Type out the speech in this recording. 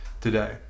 today